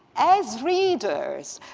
as readers,